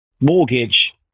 mortgage